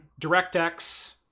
directx